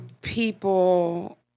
people